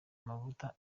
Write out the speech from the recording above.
amavuta